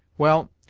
well,